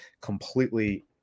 completely